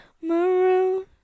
maroon